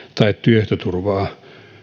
tai työehtoturvaa